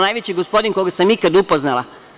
Najveći gospodin koga sam ikada upoznala.